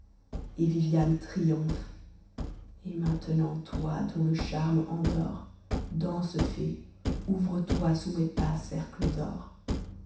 et viviane triomphe et maintenant toi dont le charme endort danse fée ouvre-toi sous mes pas cercle d'or